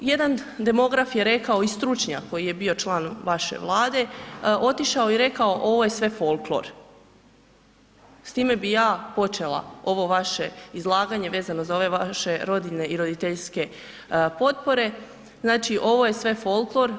Jedan demograf je rekao i stručnjak koji je bio član vaše Vlade, otišao je i rekao ovo je sve folklor, s time bi ja počela ovo vaše izlaganje vezano za ove vaše rodiljne i roditeljske potpore, znači ovo je sve folklor.